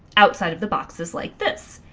outside of the boxes like this.